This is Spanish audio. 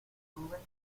tuve